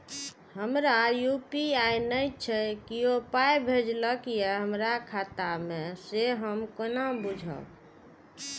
हमरा यू.पी.आई नय छै कियो पाय भेजलक यै हमरा खाता मे से हम केना बुझबै?